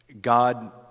God